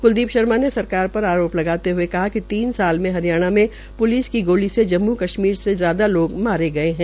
क्लदीप शर्मा ने सरकार पर आरोप लगाते हुए कहा कि तीन साल में हरियाणा में प्लिस की गोली से जम्मू कश्मीर से ज्यादा लोग मारे गये है